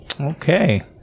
Okay